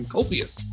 Copious